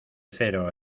cero